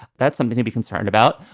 that's something to be concerned about.